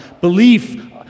Belief